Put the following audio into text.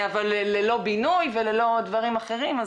אבל ללא בינוי וללא דברים אחרים.